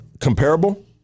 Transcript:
comparable